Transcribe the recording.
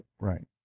Right